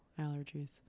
allergies